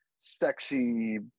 sexy